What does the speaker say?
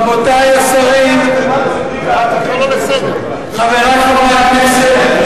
רבותי השרים, חברי חברי הכנסת,